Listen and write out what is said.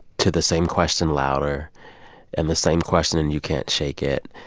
to the same question louder and the same question and you can't shake it.